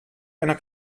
einer